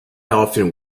often